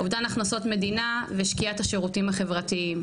אובדן הכנסות מדינה, ושקיעת השירותים החברתיים.